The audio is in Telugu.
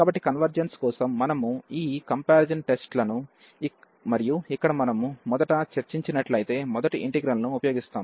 కాబట్టి కన్వెర్జెన్స్ కోసం మనము ఈ కంపారిజాన్ టెస్ట్ ను మరియు ఇక్కడ మనము మొదట చర్చించినట్లయితే మొదటి ఇంటిగ్రల్ ను ఉపయోగిస్తాము